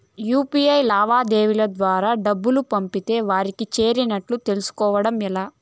UPI లావాదేవీల ద్వారా డబ్బులు పంపితే వారికి చేరినట్టు తెలుస్కోవడం ఎలా?